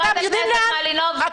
חברת הכנסת מלינובסקי,